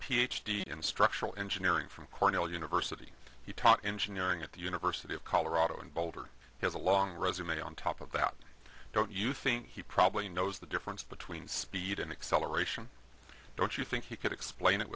d in structural engineering from cornell university he taught engineering at the university of colorado in boulder has a long resume on top of that don't you think he probably knows the difference between speed and acceleration don't you think he could explain it